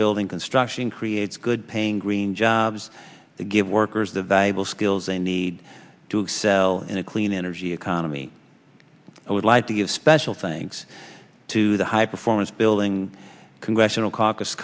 building construction creates good paying green jobs that give workers the valuable skills they need to excel in a clean energy economy i would like to give special things to the high performance building congressional ca